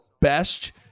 best